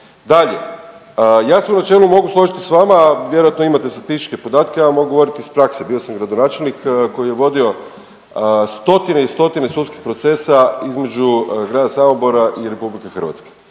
Dalje, ja se u načelu mogu složiti s vama vjerojatno imate statističke podatke, a mogu govoriti iz prakse, bio sam gradonačelnik koji je vodio stotine i stotine sudskih procesa između Grada Samobora i RH, to